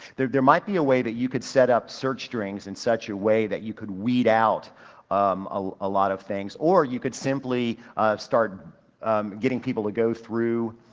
there, there might be a way that you could set up search strings in such a way that you could weed out um ah a lot of things or you could simply start getting people to go through